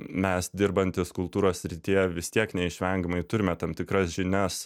mes dirbantys kultūros srityje vis tiek neišvengiamai turime tam tikras žinias